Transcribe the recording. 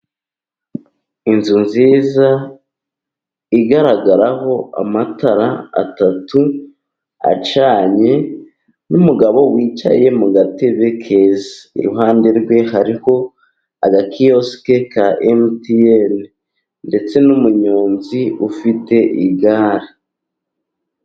Inzu nziza igaragaraho amatara atatu acanye, n' umugabo wicaye mu gatebe keza, iruhande rwe hariho agakiyosike ka MTN, ndetse n'umunyonzi ufite igare.